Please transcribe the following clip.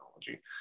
technology